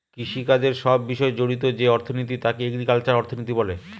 কৃষিকাজের সব বিষয় জড়িত যে অর্থনীতি তাকে এগ্রিকালচারাল অর্থনীতি বলে